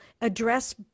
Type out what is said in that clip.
address